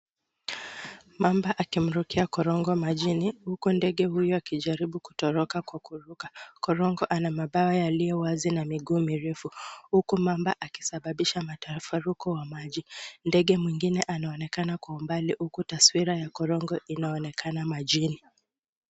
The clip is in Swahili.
Mamba akimrukia korongo majini huku ndege huyu akijaribu kutoroka kwa kuruka. Korongo ana mabawa yaliyo wazi na miguu mirefu huku mamba akisababisha matafaruko wa maji. Ndege mwengine anaonekana kwa umbali huku taswira ya korongo inaonekana majini.